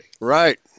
Right